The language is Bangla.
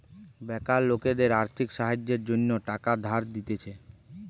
বেকার লোকদের আর্থিক সাহায্যের জন্য টাকা ধার দিতেছে